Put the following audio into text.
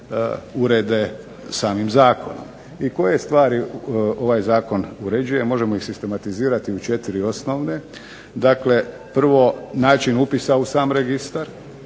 urede samim zakonom. I koje stvari ovaj zakon uređuje? Možemo ih sistematizirati u 4 osnovne. Dakle, prvo način upisa u sam registar,